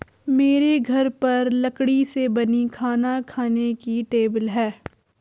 मेरे घर पर लकड़ी से बनी खाना खाने की टेबल है